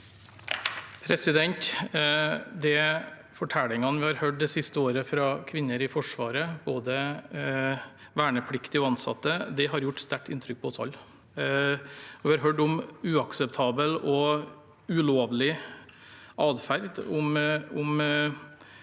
De fortellin- gene vi har hørt det siste året fra kvinner i Forsvaret, både vernepliktige og ansatte, har gjort sterkt inntrykk på oss alle. Vi har hørt om uakseptabel og ulovlig adferd,